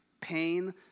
pain